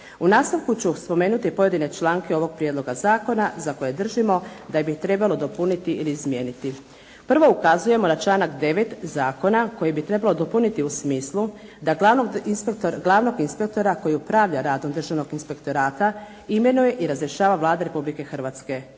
U nastavku ću spomenuti pojedine članke ovog prijedloga zakona za koje držimo da bi ih trebalo dopuniti ili izmijeniti. Prvo ukazujemo na članak 9. zakona koji bi trebalo dopuniti u smislu da glavnog inspektora koji upravlja radom Državnog inspektorata imenuje i razrješava Vlada Republike Hrvatske,